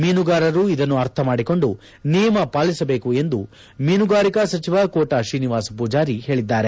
ಮೀನುಗಾರರು ಇದನ್ನು ಅರ್ಥ ಮಾಡಿಕೊಂಡು ನಿಯಮ ಪಾಲಿಸಬೇಕು ಎಂದು ಮೀನುಗಾರಿಕಾ ಸಚಿವ ಕೋಟ ಶ್ರೀನಿವಾಸ ಪೂಜಾರಿ ಹೇಳಿದ್ದಾರೆ